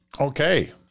okay